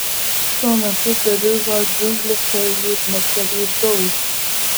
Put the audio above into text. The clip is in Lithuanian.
šiuo metu belizo džiunglėse jų ne tiek ir daug